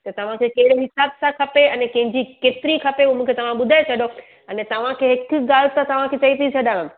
त तव्हांखे कहिड़े हिसाबु सां खपे अने कंहिंजी केतिरी खपे उहो मूंखे तव्हां घुंघरू ॿुधाए छॾो अने तव्हांखे हिकु ॻाल्हि त तव्हांखे चई थी छॾा